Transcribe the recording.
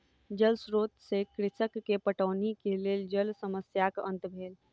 जल स्रोत से कृषक के पटौनी के लेल जल समस्याक अंत भेल